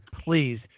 please